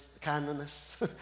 kindness